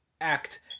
act